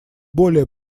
более